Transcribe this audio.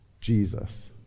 Jesus